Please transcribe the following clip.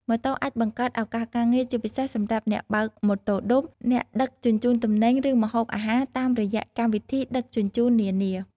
ម៉ូតូបានបង្កើត ឱកាសការងារ ជាច្រើនសម្រាប់អ្នកបើកម៉ូតូឌុប អ្នកដឹកជញ្ជូនទំនិញ ឬម្ហូបអាហារតាមរយៈកម្មវិធីដឹកជញ្ជូននានា ។